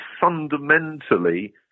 fundamentally